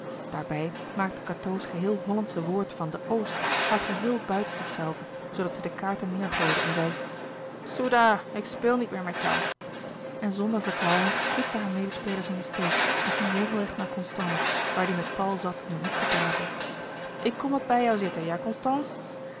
daarbij maakte cateau's geheel hollandsche woord van den oost haar geheel buiten zichzelve zoodat zij de kaarten neêrgooide en zei soedah ik speel niet meer met jou louis couperus de boeken der kleine zielen en zonder verklaring liet zij hare medespelers in den steek en ging regelrecht naar constance waar die met paul zat in een hoek te praten ik kom wat bij jou zitten ja